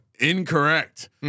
incorrect